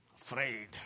afraid